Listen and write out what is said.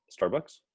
Starbucks